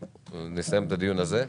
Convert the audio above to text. נסיים את הדיון הזה.